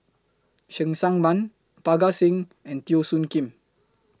Cheng Tsang Man Parga Singh and Teo Soon Kim